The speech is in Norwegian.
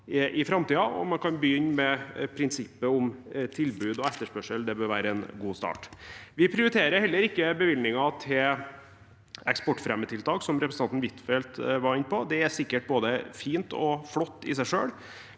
Man kan begynne med prinsippet om tilbud og etterspørsel. Det bør være en god start. Vi prioriterer heller ikke bevilgninger til eksportfremmende tiltak, som representanten Huitfeldt var inne på. Det er sikkert både fint og flott i seg selv,